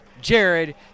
jared